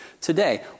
today